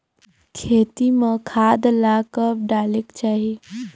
खेती म खाद ला कब डालेक चाही?